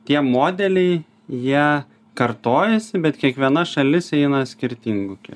tie modeliai jie kartojasi bet kiekviena šalis eina skirtingu ke